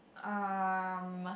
um